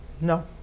No